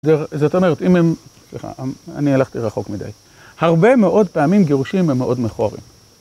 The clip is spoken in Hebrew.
זאת אומרת, אם הם, סליחה, אני הלכתי רחוק מדי. הרבה מאוד פעמים גירושים הם מאוד מכוערים.